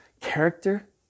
character